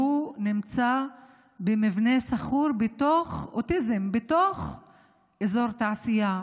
שנמצא במבנה שכור בתוך אזור תעשייה,